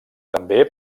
també